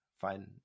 Fine